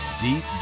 Deep